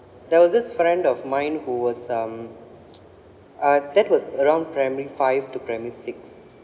there was this friend of mine who was um uh that was around primary five to primary six